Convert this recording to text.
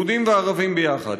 יהודים וערבים ביחד.